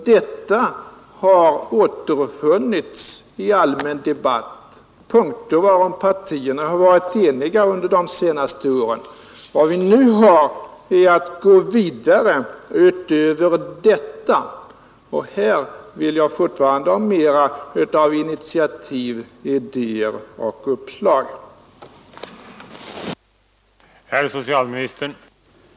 Dessa har nämligen återfunnits i den allmänna debatten och är punkter varom partierna har varit rätt eniga under senare år. Vad vi nu har att göra är att gå vidare utöver detta, och då vill jag ha mer av initiativ, idéer och uppslag från socialministerns sida.